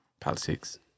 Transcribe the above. Politics